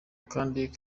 kandi